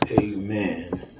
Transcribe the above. Amen